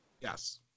yes